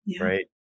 right